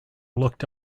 looked